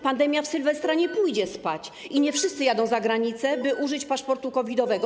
Pandemia w sylwestra nie pójdzie spać i nie wszyscy jadą za granicę, by użyć paszportu COVID-owego.